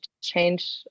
change